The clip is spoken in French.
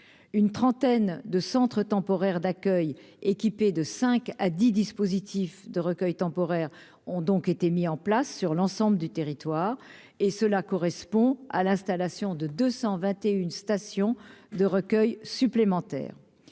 une trentaine de centres temporaires d'accueil équipé de 5 à 10 dispositifs de recueil temporaires ont donc été mis en place sur l'ensemble du territoire et cela correspond à l'installation de 221 stations de recueil supplémentaires